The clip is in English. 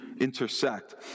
intersect